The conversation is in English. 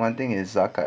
one thing is zakat